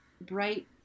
bright